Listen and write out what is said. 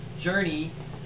journey